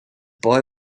boy